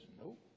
Nope